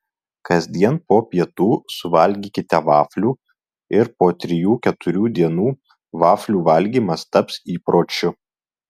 kasdien po pietų suvalgykite vaflių ir po trijų keturių dienų vaflių valgymas taps įpročiu